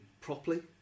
properly